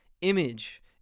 image